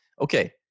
okay